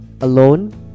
Alone